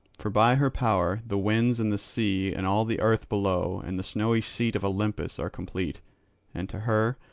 for by her power the winds and the sea and all the earth below and the snowy seat of olympus are complete and to her,